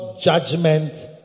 judgment